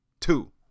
Two